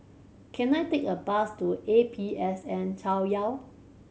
can I take a bus to A P S N Chaoyang